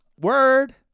word